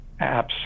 apps